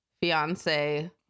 fiance